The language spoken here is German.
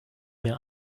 mir